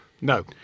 No